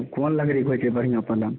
तऽ कोन लकड़ीके होइ छै बढ़िऑं पलङ्ग